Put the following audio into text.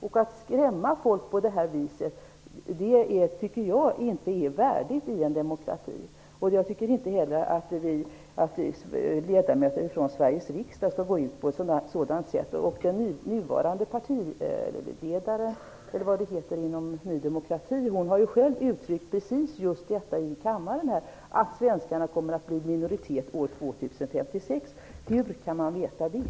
Jag tycker inte att det är värdigt att skrämma folk på det här viset i en demokrati. Jag tycker inte heller att ledamöter från Sveriges riksdag skall gå ut på ett sådant sätt. Den nuvarande partiledaren -- eller vad det heter -- i Ny demokrati har själv uttryckt just att svenskarna kommer att vara i minoritet år 2056. Hur kan man veta det?